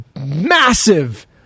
massive